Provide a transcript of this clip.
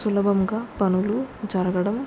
సులభంగా పనులు జరగడం